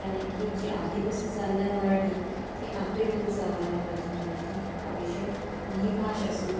कारण की जे आधीपासून चाललंय मराठी ते आखरीपर्यंत चालायला पाहिजे मराठी हा विषय आणि ही भाषासुद्धा